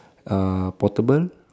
uh portable